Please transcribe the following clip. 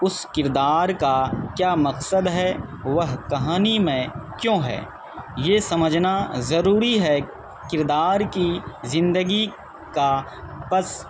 اس کردار کا کیا مقصد ہے وہ کہانی میں کیوں ہے یہ سمجھنا ضروری ہے کردار کی زندگی کا پس